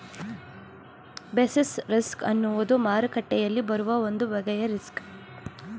basis risk ಅನ್ನುವುದು ಮಾರುಕಟ್ಟೆಯಲ್ಲಿ ಬರುವ ಒಂದು ಬಗೆಯ ರಿಸ್ಕ್